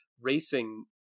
Racing